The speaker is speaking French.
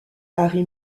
harry